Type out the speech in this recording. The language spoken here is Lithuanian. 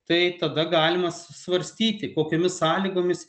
tai tada galima svarstyti kokiomis sąlygomis